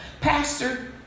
pastor